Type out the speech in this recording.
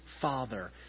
Father